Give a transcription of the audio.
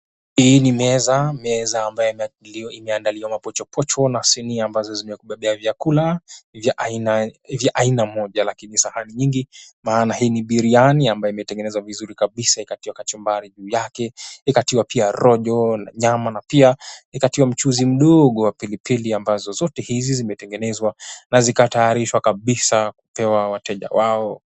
Hii ni meza, meza mambayo imeandaliwa mapochopocho na sinia ambazo za kubebea vyakula vya aina moja lakini sahani nyingi. Maana hii ni biriani ambayo imetengenezwa vizuri kabisa ikatiwa kachumbari juu yake ikatiwa rojo la nyama na pia ikatiwa mchuzi mdogo wa pilipili ambazo zote hizi zimetengenezwa na zikatayarishwa kabisa kupewa wateja wao.